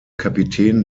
kapitän